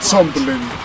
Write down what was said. Tumbling